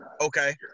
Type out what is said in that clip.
Okay